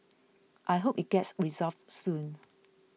I hope it gets resolved soon